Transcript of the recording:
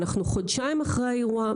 אנחנו חודשיים אחרי האירוע,